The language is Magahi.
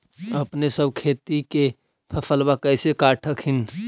अपने सब खेती के फसलबा कैसे काट हखिन?